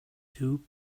two